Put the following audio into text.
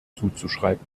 zuzuschreiben